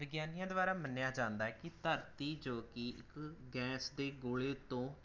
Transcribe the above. ਵਿਗਿਆਨੀਆਂ ਦੁਆਰਾ ਮੰਨਿਆ ਜਾਂਦਾ ਹੈ ਕਿ ਧਰਤੀ ਜੋ ਕਿ ਇੱਕ ਗੈਸ ਦੇ ਗੋਲੇ ਤੋਂ